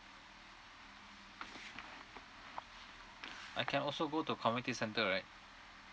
I can also go to community centre right